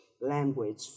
language